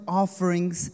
offerings